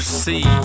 see